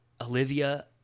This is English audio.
Olivia